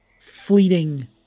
fleeting